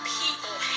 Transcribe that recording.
people